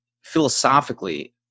philosophically